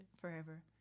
forever